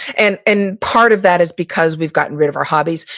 and and part of that is because we've gotten rid of our hobbies.